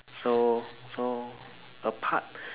so so apart